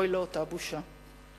אוי לאותה בושה.